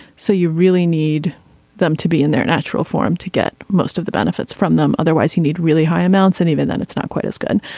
so you really need them to be in their natural form to get most of the benefits from them. otherwise you need really high amounts and even then it's not quite as good.